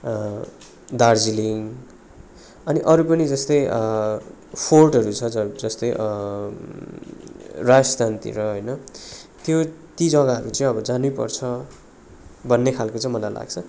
दार्जिलिङ अनि अरू पनि जस्तै फोर्टहरू छ जस्तै राजस्थानतिर होइन त्यो ति जग्गाहरू चाहिँ अब जानै पर्छ भन्ने खालको चाहिँ मलाई लाग्छ